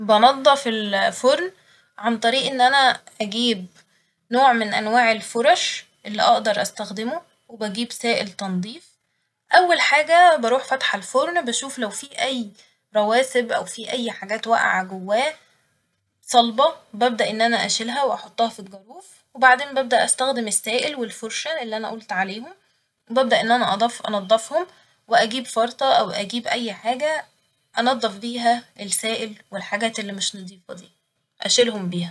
بنضف ال فرن عن طريق إن أنا أجيب نوع من أنواع الفرش الل أقدر استخدمه وبجيب سائل تنضيف ، أول حاجة بروح فاتحه الفرن بشوف لو في أي رواسب أو في أي حاجات واقعة جواه صلبة ، ببدأ إن أنا اشيلها واحطها في الجاروف وبعدين ببدأ أستخدم السائل والفرشة اللي أنا قلت عليهم وببدأ إن أنا أضف- أنضفهم و أجيب فرطة أو أجيب أي حاجة أنضف بيها السائل والحاجات اللي مش نضيفة دي ، أشيلهم بيها